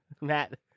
Matt